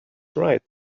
right